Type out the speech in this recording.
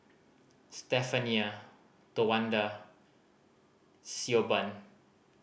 Stephania Towanda Siobhan